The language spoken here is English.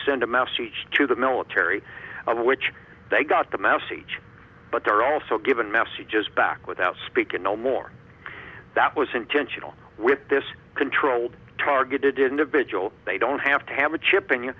send a message to the military which they got the message but they're also given messages back without speakin no more that was intentional with this controlled targeted individual they don't have to have a chip in y